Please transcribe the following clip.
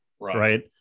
Right